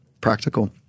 practical